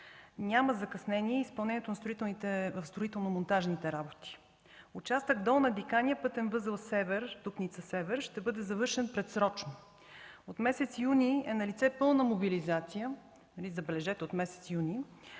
няма закъснение в изпълнението на строително-монтажните работи. Участъкът Долна Диканя-пътен възел „Дупница Север” ще бъде завършен предсрочно. От месец юни е налице пълна мобилизация – забележете – от месец юни